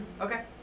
okay